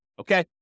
Okay